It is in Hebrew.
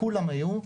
כולם היו.